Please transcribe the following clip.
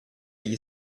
agli